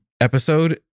episode